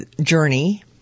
Journey